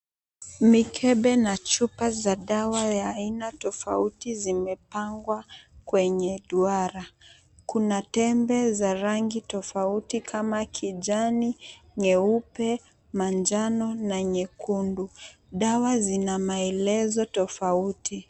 Mikebe na chupa za dawa ya aina tofauti zimepangwa kwenye duara. Kuna tembe za rangi tofauti kama kijani, nyeupe, manjano na nyekundu. Dawa zina maelezo tofauti.